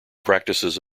practices